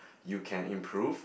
you can improve